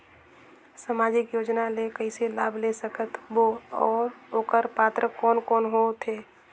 समाजिक योजना ले कइसे लाभ ले सकत बो और ओकर पात्र कोन कोन हो थे?